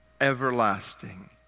Everlasting